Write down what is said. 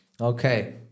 okay